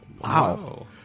Wow